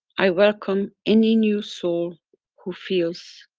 i welcome any new soul who feels